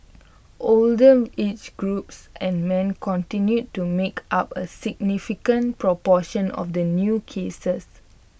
older age groups and men continued to make up A significant proportion of the new cases